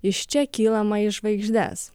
iš čia kylama į žvaigždes